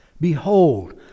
Behold